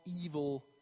evil